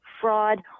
fraud